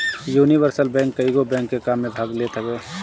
universal bank कईगो bank के काम में भाग लेत हवे